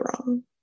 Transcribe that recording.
wrong